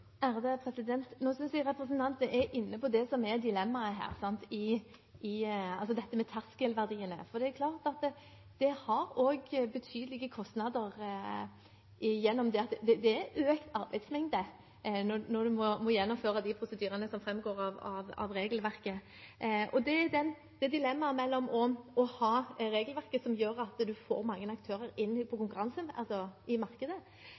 Nå synes jeg representanten er inne på det som er dilemmaet her, det med terskelverdiene. Det er klart at det medfører også betydelige kostnader i og med at det er økt arbeidsmengde når man må gjennomføre de prosedyrene som framgår av regelverket. Det er et dilemma mellom å ha et regelverk som gjør at man får mange aktører inn i konkurransen, altså i markedet,